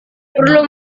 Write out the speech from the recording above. perlu